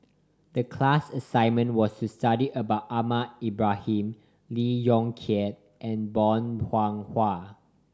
the class assignment was to study about Ahmad Ibrahim Lee Yong Kiat and Bong Hiong Hwa